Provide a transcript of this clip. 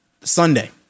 Sunday